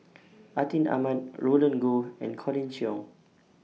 Atin Amat Roland Goh and Colin Cheong